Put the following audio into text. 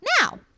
Now